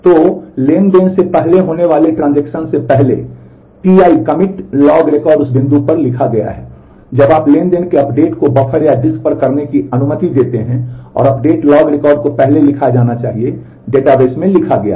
तो ट्रांज़ैक्शन से पहले होने वाले ट्रांजेक्शन से पहले Ti commit लॉग रिकॉर्ड उस बिंदु पर लिखा गया है जब आप ट्रांज़ैक्शन के अपडेट को बफर या डिस्क पर करने की अनुमति देते हैं और अपडेट लॉग रिकॉर्ड को पहले लिखा जाना चाहिए डेटाबेस वास्तव में लिखा गया है